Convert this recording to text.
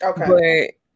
Okay